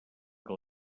que